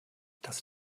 das